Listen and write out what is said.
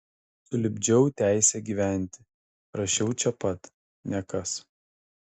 sulipdžiau teisę gyventi rašiau čia pat nekas